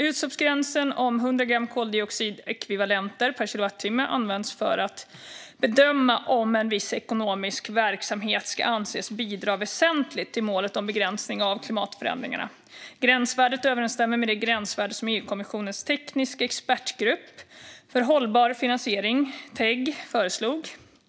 Utsläppsgränsen om 100 gram koldioxidekvivalenter per kilowattimme används för att bedöma om en viss ekonomisk verksamhet ska anses bidra väsentligt till målet om begränsning av klimatförändringarna. Gränsvärdet överensstämmer med det gränsvärde som EU-kommissionens tekniska expertgrupp för hållbar finansiering, TEG, föreslog.